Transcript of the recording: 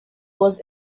was